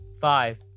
Five